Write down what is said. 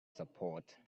support